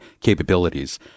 capabilities